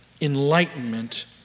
Enlightenment